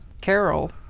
carol